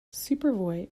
superboy